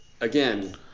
again